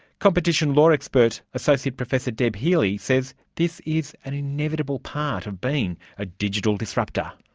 competition law expert associate professor deb healey says this is an inevitable part of being a digital disruptor.